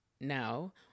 now